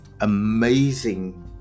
amazing